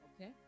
Okay